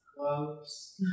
clothes